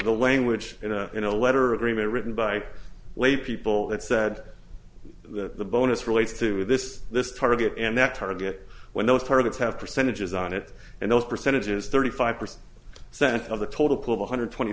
the language in a in a letter agreement written by lay people it said that the bonus relates to this this target and that target when those targets have percentages on it and those percentages thirty five percent cent of the total put one hundred twenty